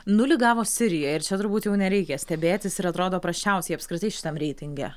nulį gavo sirija ir čia turbūt jau nereikia stebėtis ir atrodo prasčiausiai apskritai šitam reitinge